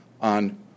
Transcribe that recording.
on